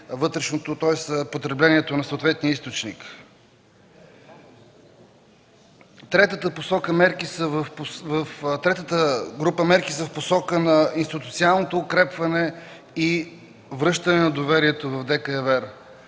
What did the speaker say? потреблението на съответния източник. Третата група мерки са в посока на институционалното укрепване и връщане на доверието в ДКEВР.